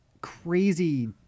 crazy